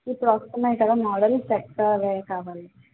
ఇప్పుడొస్తున్నాయి కదా models set అవే కావాలి